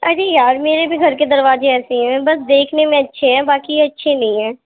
ارے یار میرے بھی گھر کے دروازے ایسے ہی ہیں بس دیکھنے میں اچھے ہیں باقی یہ اچھے نہیں ہیں